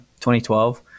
2012